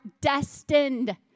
destined